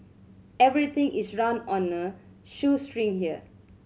everything is run on a shoestring here